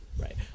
Right